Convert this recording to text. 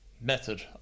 method